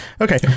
Okay